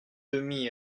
demi